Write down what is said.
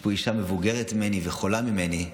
יש פה אישה מבוגרת וחולה ממני,